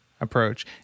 approach